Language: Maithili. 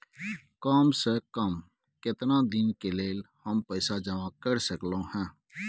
काम से कम केतना दिन के लेल हम पैसा जमा कर सकलौं हैं?